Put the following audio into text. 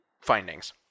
findings